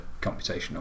computational